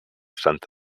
sant